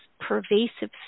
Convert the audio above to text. pervasive